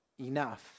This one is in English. enough